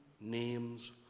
names